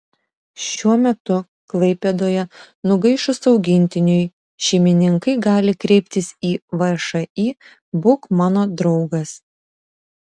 šiuo metu klaipėdoje nugaišus augintiniui šeimininkai gali kreiptis į všį būk mano draugas